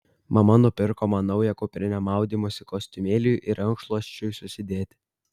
mama nupirko man naują kuprinę maudymosi kostiumėliui ir rankšluosčiui susidėti